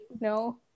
No